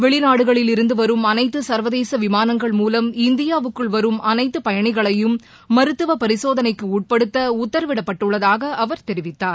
வெளிநாடுகளில் இருந்து வரும் அனைத்து சர்வதேச விமானங்கள் மூலம் இந்தியாவுக்குள் வரும் அனைத்து பயணிகளையும் மருத்துவ பரிசோதளைக்கு உட்படுத்த உத்தரவிடப்பட்டுள்ளதாக அவர் தெரிவித்தார்